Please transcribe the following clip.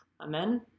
Amen